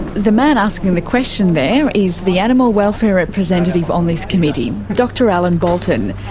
the man asking the question there is the animal welfare representative on this committee, dr alan bolton.